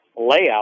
layout